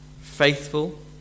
faithful